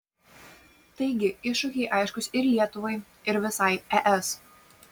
taigi iššūkiai aiškūs ir lietuvai ir visai es